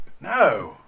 no